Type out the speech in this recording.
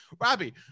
Robbie